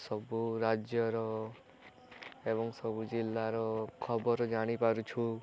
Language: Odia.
ସବୁ ରାଜ୍ୟର ଏବଂ ସବୁ ଜିଲ୍ଲାର ଖବର ଜାଣିପାରୁଛୁ